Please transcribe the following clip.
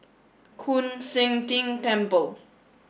Koon Seng Ting Temple